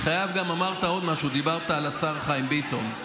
הרי למה עיקר הכספים שהולכים היום לאופק